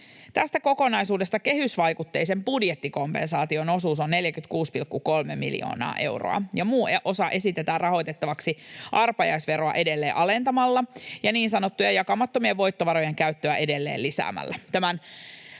Tästä kokonaisuudesta kehysvaikutteisen budjettikompensaation osuus on 46,3 miljoonaa euroa, ja muu osa esitetään rahoitettavaksi arpajaisveroa edelleen alentamalla ja niin sanottujen jakamattomien voittovarojen käyttöä edelleen lisäämällä.